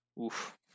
Oof